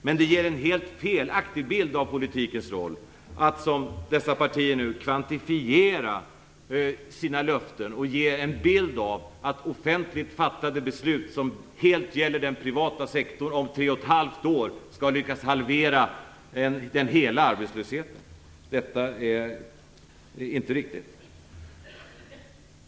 Men det ger en helt felaktig bild av politikens roll att, som dessa partier nu gör, kvantifiera sina löften och ge en bild av att offentligt fattade beslut som helt gäller den privata sektorn om tre och ett halvt år skall ha lyckats halvera hela arbetslösheten. Detta är inte riktigt.